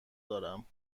دارم